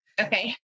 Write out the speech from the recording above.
Okay